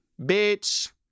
Bitch